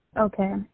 Okay